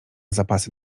zapasy